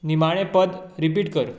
निमाणें पद रिपीट कर